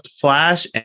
Flash